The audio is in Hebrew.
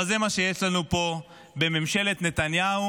אבל זה מה שיש לנו פה בממשלת נתניהו,